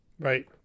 Right